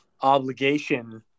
obligation